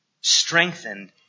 Strengthened